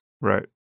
Right